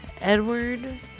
Edward